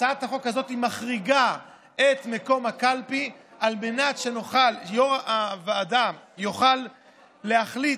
והצעת החוק הזאת מחריגה את מקום הקלפי על מנת שיו"ר הוועדה יוכל להחליט.